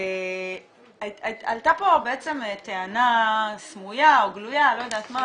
עלתה פה בעצם טענה סמויה או גלויה,